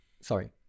Sorry